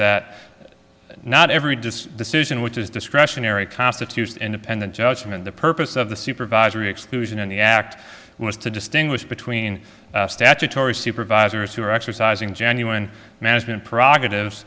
that not every decision which is discretionary constitutes an independent judgment the purpose of the supervisory exclusion in the act was to distinguish between statutory supervisors who are exercising genuine management pr